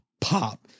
pop